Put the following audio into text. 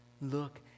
Look